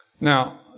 Now